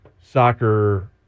soccer